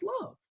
love